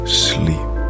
sleep